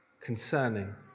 concerning